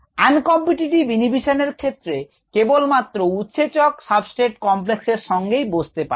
un competitive inhibition এর ক্ষেত্রে কেবলমাত্র উৎসেচক সাবস্ট্রেট কমপ্লেক্সের সঙ্গেই বসতে পারে